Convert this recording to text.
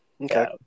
okay